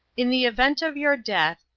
in the event of your death,